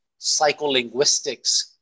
psycholinguistics